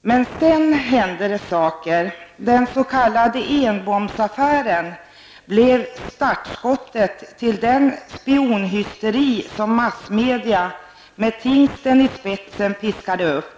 Men sedan hände det saker. Den s.k. Enbomsaffären blev startskottet till den spionhysteri som massmedia med Herbert Tingsten i spetsen piskade upp.